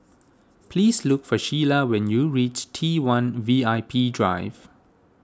please look for Shiela when you reach T one V I P Drive